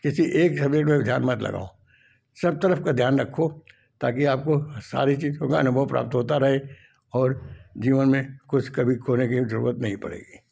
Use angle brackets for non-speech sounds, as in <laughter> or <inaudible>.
किसी एक <unintelligible> ध्यान मत लगाओ सब तरफ का ध्यान रखो ताकि आपको सारी चीजों का अनुभव प्राप्त होता रहे और जीवन में कुछ कभी खोने की जरुरत नहीं पड़ेगी